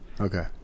okay